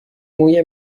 موی